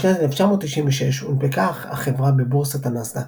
בשנת 1996 הונפקה החברה בבורסת הנסדא"ק,